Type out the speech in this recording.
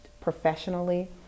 professionally